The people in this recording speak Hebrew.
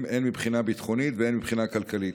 הן מבחינה ביטחונית והן מבחינה כלכלית.